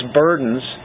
burdens